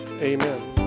Amen